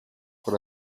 pour